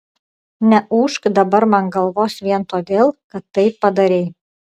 neūžk dabar man galvos vien todėl kad tai padarei